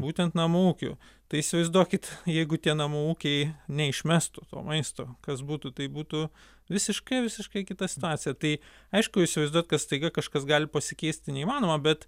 būtent namų ūkių tai įsivaizduokit jeigu tie namų ūkiai neišmestų to maisto kas būtų tai būtų visiškai visiškai kita situacija tai aišku įsivaizduot kad staiga kažkas gali pasikeisti tai neįmanoma bet